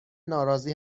ناراضی